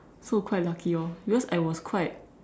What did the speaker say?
so quite lucky orh because I was quite